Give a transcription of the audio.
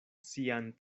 sian